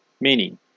meaning